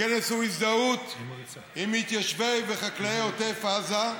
הכנס הוא להזדהות עם מתיישבי וחקלאי עוטף עזה,